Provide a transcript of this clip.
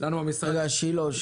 רגע, שילה.